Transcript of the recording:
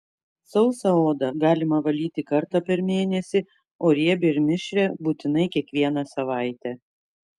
sausą odą galima valyti kartą per mėnesį o riebią ir mišrią būtinai kiekvieną savaitę